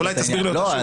אולי תסביר עוד פעם.